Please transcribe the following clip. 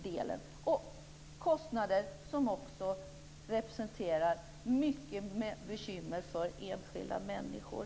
Det är fråga om kostnader som representerar mycket bekymmer för enskilda människor.